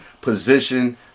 position